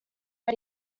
are